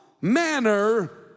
manner